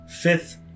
fifth